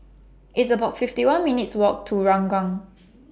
It's about fifty one minutes Walk to Ranggung